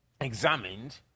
examined